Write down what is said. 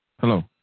hello